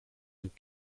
een